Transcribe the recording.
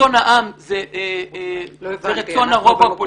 רצון העם זה רצון הרוב הפוליטי --- לא הבנתי.